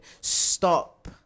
stop